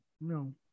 No